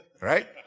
right